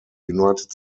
united